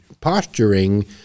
posturing